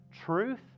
truth